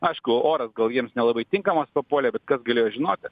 aišku oras gal jiems nelabai tinkamas papuolė bet kas galėjo žinoti